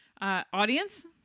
audience